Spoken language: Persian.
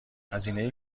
هزینه